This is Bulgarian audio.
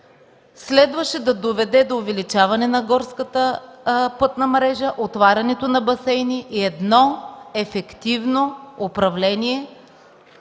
следваше да доведе до увеличаване на горската пътна мрежа, отварянето на басейни и едно ефективно управление